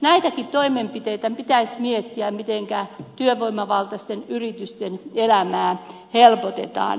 näitäkin toimenpiteitä pitäisi miettiä mitenkä työvoimavaltaisten yritysten elämää helpotetaan